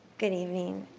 good evening.